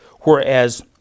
whereas